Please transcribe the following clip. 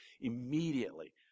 immediately